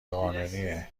قانونیه